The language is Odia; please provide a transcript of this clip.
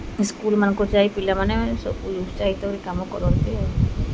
ସ୍କୁଲ୍ମାନଙ୍କୁ ଯାଇ ପିଲାମାନେ ସବୁ ଉତ୍ସାହିତ ହୋଇ କାମ କରନ୍ତି ଆଉ